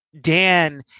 Dan